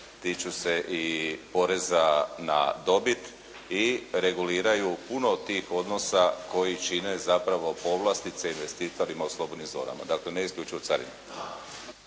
tiču se i poreza na dobit i reguliraju puno tih odnosa koji čine zapravo povlastice investitorima u slobodnim zonama, dakle ne isključivo carine.